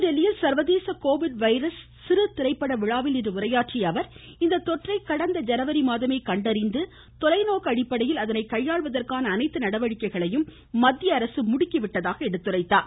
புதுதில்லியில் சர்வதேச Covid virus சிறு திரைப்பட விழாவில்இன்று உரையாற்றியஅவர் இந்த தொற்றை கடந்த ஜனவரி மாதமே கண்டறிந்து தொலைநோக்கு அடிப்படையில் அதனை கையாள்வதற்கான அனைத்து நடவடிக்கைகளும் முடுக்கிவிடப்பட்டதாக எடுத்துரைத்தார்